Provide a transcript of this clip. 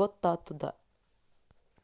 ಗೊತ್ತಾತ್ತುದ